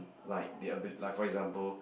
like the abi~ like for example